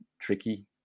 tricky